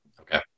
Okay